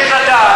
מירי רגב,